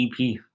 EP